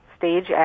Stage